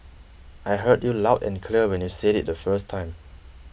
I heard you loud and clear when you said it the first time